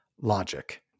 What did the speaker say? logic